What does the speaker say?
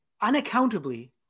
unaccountably